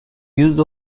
use